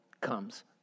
comes